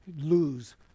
lose